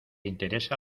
interesa